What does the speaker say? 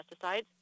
pesticides